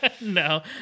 no